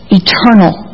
eternal